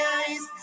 eyes